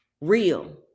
Real